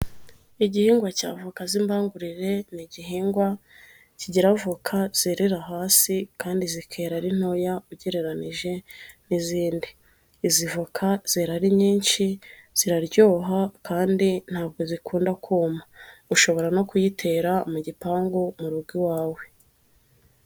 Igihingwa cya avoka z'imbamburire, ni igihingwa kigira voka zerera hasi, kandi zikera ari ntoya ugereranije n'izindi, izi avoka zera ari nyinshi, ziraryoha, kandi ntabwo zikunda kuma ushobora no kuyitera mu gipangu mu rugo iwawe.